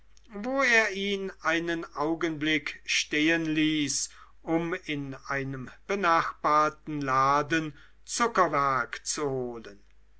wo er ihn einen augenblick stehen ließ um in einem benachbarten laden zuckerwerk zu holen